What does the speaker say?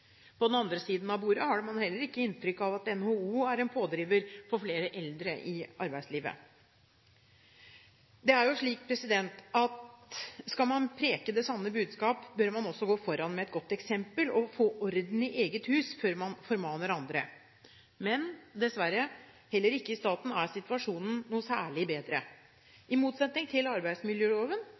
den andre siden av bordet, har man heller ikke inntrykk av at NHO er en pådriver for å få flere eldre i arbeidslivet. Det er jo slik at skal man preke det sanne budskap, bør man også gå foran med et godt eksempel og få orden i eget hus før man formaner andre, men dessverre: Heller ikke i staten er situasjonen noe særlig bedre. I motsetning til arbeidsmiljøloven,